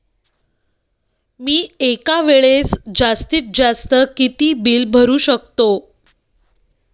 मी एका वेळेस जास्तीत जास्त किती बिल भरू शकतो?